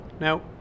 Now